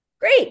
Great